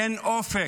אין אופק.